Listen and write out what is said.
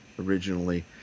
originally